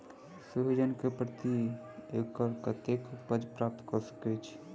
सोहिजन केँ प्रति एकड़ कतेक उपज प्राप्त कऽ सकै छी?